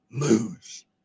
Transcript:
lose